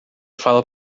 fala